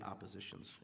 oppositions